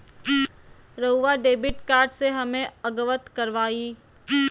रहुआ debit card से हमें अवगत करवाआई?